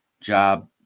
job